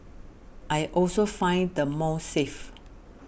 I also find the mall safe